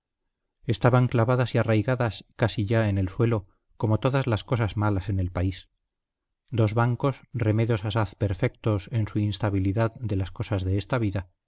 estaban clavadas y arraigadas casi ya en el suelo como todas las cosas malas en el país dos bancos remedos asaz perfectos en su instabilidad de las cosas de esta vida